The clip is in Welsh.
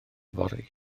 fory